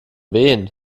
wen